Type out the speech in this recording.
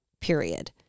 period